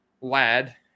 lad